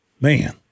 Man